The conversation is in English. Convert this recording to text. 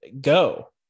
go